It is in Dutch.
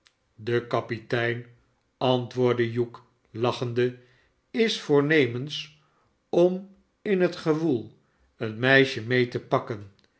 de kapitein antwoordde hugh lachende ais voornemens om in het gewoel een meisje mee te pakken